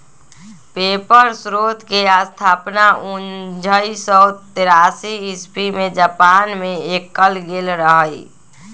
paper स्रोतके स्थापना उनइस सौ तेरासी इस्बी में जापान मे कएल गेल रहइ